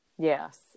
Yes